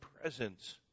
presence